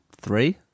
three